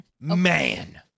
Man